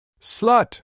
Slut